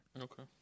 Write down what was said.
Okay